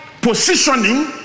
positioning